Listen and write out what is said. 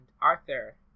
Arthur